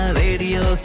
radio